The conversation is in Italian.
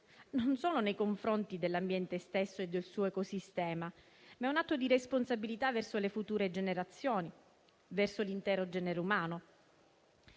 non solo nei confronti dell'ambiente stesso e del suo ecosistema, ma anche verso le future generazioni e l'intero genere umano.